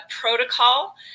protocol